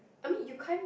I mean you can't